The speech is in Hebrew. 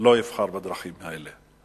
לא יבחר בדרכים האלה.